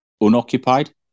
unoccupied